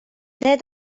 need